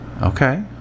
Okay